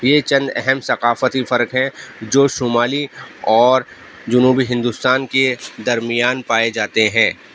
یہ چند اہم ثقافتی فرق ہیں جو شمالی اور جنوبی ہندوستان کے درمیان پائے جاتے ہیں